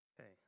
Okay